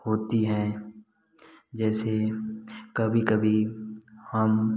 होती हैं जैसे कभी कभी हम